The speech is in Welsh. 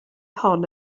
hon